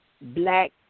black